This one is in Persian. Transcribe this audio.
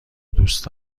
دوست